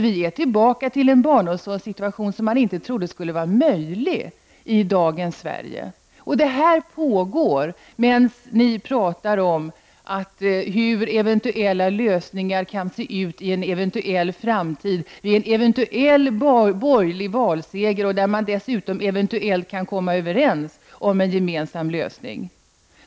Vi är tillbaka till en barnomsorgssituation som man inte trodde skulle vara möjlig i dagens Sverige. Detta pågår medan ni pratar om hur eventuella lösningar kan se ut i en eventuell framtid, vid en eventuell borgerlig valseger, om man eventuellt kan komma överens om en gemensam lösning.